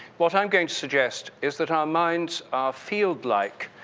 what i'm going to suggest is that our minds are field-like,